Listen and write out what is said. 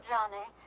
Johnny